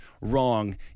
wrong